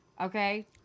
okay